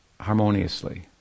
harmoniously